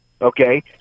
okay